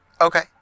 Okay